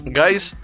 guys